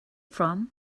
from